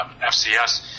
FCS